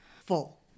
full